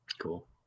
Cool